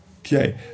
Okay